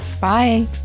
Bye